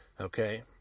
Okay